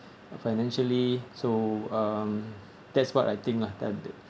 financially so um that's what I think lah that the